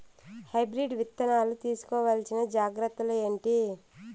Hybrid విత్తనాలు తీసుకోవాల్సిన జాగ్రత్తలు ఏంటి?